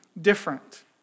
different